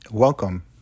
welcome